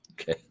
Okay